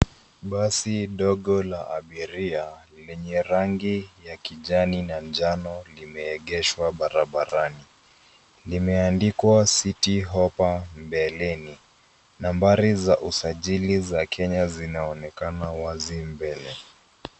Basi dogo la abiria lenye rangi ya kijani na njano limeegeshwa barabarani, limeandikwa 'city hopa' mbeleni nambari za usajili za Kenya zinaonekana wazi mbele.